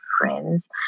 friends